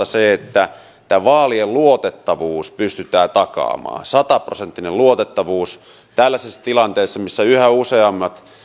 se miten vaalien luotettavuus pystytään takaamaan sata prosenttinen luotettavuus tällaisessa tilanteessa missä yhä useammat merkit